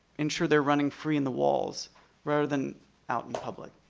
ensure they're running free in the walls rather than out in public.